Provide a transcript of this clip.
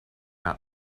out